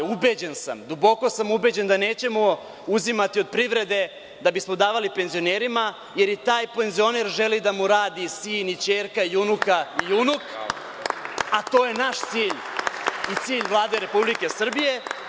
Duboko sam ubeđen da nećemo uzimati od privrede da bismo davali penzionerima, jer i taj penzioner želi da mu rade i sin i ćerka i unuka i unuk, a to je naš cilj i cilj Vlade Republike Srbije.